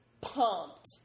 pumped